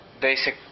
basic